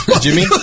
Jimmy